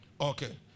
Okay